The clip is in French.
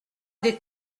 des